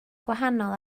gwahanol